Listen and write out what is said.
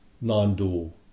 non-dual